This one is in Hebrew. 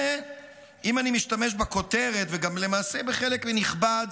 אם אני משתמש בכותרת, וגם למעשה בחלק נכבד